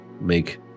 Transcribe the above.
make